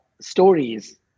stories